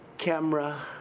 camera,